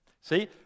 see